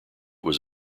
was